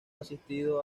asistido